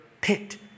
pit